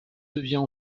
devient